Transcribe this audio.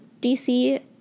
DC